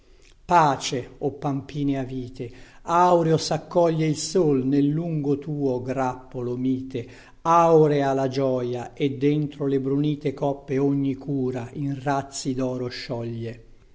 pace o pampinea vite aureo saccoglie il sol nel lungo tuo grappolo mite aurea la gioia e dentro le brunite coppe ogni cura in razzi doro scioglie